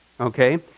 Okay